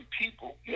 people